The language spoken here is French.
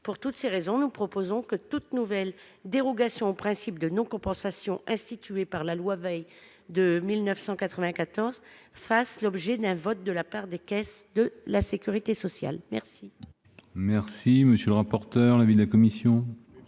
Pour toutes ces raisons, nous proposons que toute nouvelle dérogation au principe de non-compensation institué par la loi Veil de 1994 fasse l'objet d'un vote de la part des caisses de sécurité sociale. Quel